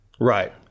right